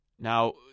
Now